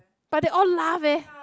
but they all laugh leh